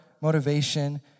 motivation